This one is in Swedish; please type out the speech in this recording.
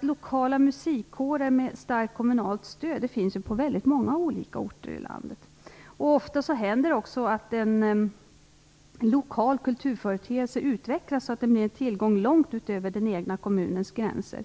Lokala musikkårer med ett starkt kommunalt stöd finns på många olika orter i landet. Ofta händer det också att en lokal kulturföreteelse utvecklas, så att den blir en tillgång långt utöver den egna kommunens gränser.